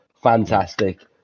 Fantastic